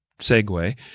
segue